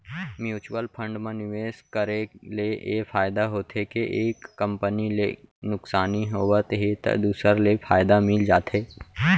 mutual fund म निवेस करे ले ए फायदा होथे के एक कंपनी ले नुकसानी होवत हे त दूसर ले फायदा मिल जाथे